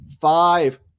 five